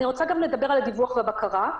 לפני שאדבר גם על הדיווח והבקרה,